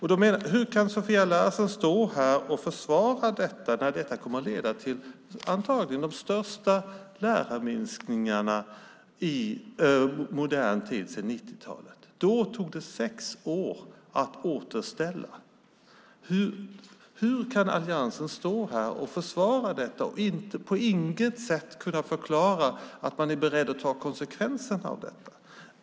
Hur kan Sofia Larsen stå och försvara neddragningarna när det antagligen kommer att leda till den största lärarminskningen sedan 90-talet? Då tog det sex år att återställa nivån. Hur kan alliansen stå i kammaren och försvara detta och på inget sätt förklara att man är beredd att ta konsekvenserna av det?